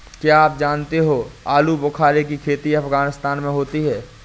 क्या आप जानते हो आलूबुखारे की खेती अफगानिस्तान में होती है